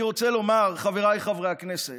אני רוצה לומר, חבריי חברי הכנסת,